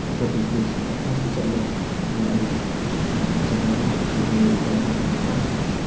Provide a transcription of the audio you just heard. ꯑꯇꯣꯞꯄ ꯏꯁꯇꯦꯠꯁ ꯀꯌꯥ ꯑꯃꯁꯨ ꯆꯠꯂꯦ ꯑꯗꯣ ꯑꯩ ꯆꯧꯔꯥꯛꯅ ꯍꯥꯏꯐꯦꯠ ꯑꯗꯨ ꯎꯇꯔꯈꯟꯒꯤ ꯃꯇꯥꯡꯁꯤꯗ